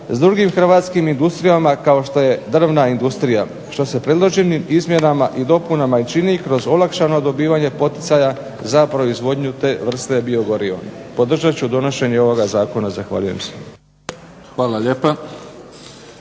s drugim hrvatskim industrijama, kao što je drvna industrija što se predloženim izmjenama i dopunama i čini kroz olakšano dobivanje poticaja za proizvodnju te vrste biogoriva. Podržat ću donošenje ovoga zakona. Zahvaljujem se. **Mimica,